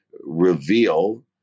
reveal